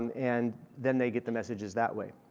and then they get the messages that way.